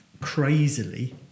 crazily